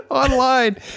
Online